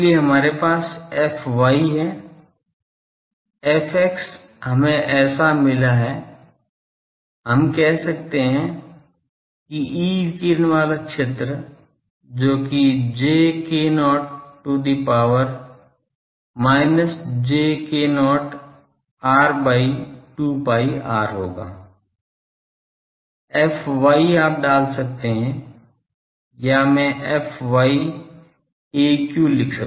इसलिए हमारे पास fy है fx हमें ऐसा मिला है हम कह सकते हैं कि E विकिरण वाला क्षेत्र जो कि j k0 to the power minus j k0 r by 2 pi r होगा fy आप डाल सकते हैं या मैं fy aq लिखूंगा